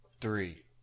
three